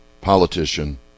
politician